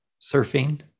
surfing